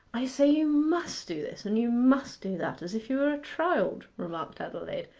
i say you must do this, and you must do that, as if you were a child remarked adelaide.